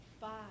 five